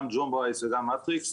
גם תחת ג'ון ברייס וגם מטריקס.